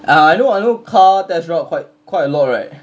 ah I know I know car test route quite quite a lot right